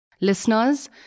Listeners